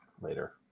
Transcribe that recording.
later